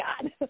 God